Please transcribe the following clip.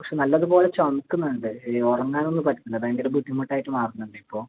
പക്ഷെ നല്ലത് പോലെ ചുമക്കുന്നുണ്ട് ഈ ഉറങ്ങാനൊന്നും പറ്റുന്നില്ല ഭയങ്കര ബുദ്ധിമുട്ടായിട്ട് മാറുന്നുണ്ടിപ്പോൾ